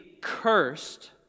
cursed